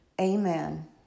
Amen